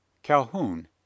Calhoun